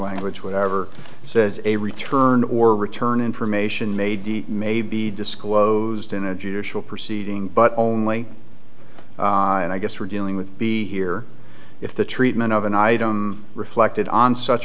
language whatever says a return or return information made may be disclosed in a judicial proceeding but only and i guess we're dealing with be here if the treatment of an item reflected on such